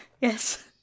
Yes